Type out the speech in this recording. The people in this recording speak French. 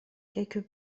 quelques